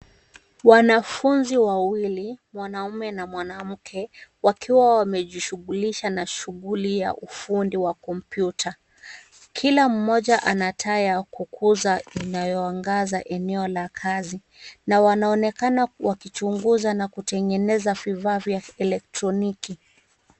Wanafunzi wawili, mwanamume na mwanamke, wakiwa wamejishughulisha na shughuli ya ufundi wa kompyuta. Kila mmoja anataa ya kukuza inayoangaza eneo ya kazi na wanaonekana wakichunguza na kutengeneza vifaa vya elektroniki.